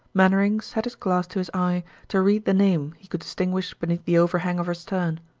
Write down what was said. mainwaring set his glass to his eye to read the name he could distinguish beneath the overhang of her stern.